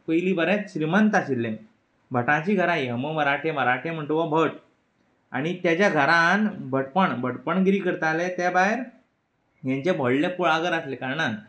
पयलीं बरेच श्रीमंत आशिल्ले भटांचीं घरां ह मो मराठे मराठे म्हणचे हो भट आनी तेच्या घरांत भटपण भटपणगिरी करताले ते भायर हेंचें व्हडलें कुळागर आहले कारणान